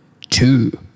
two